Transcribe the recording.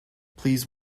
please